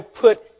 put